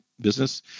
business